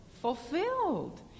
fulfilled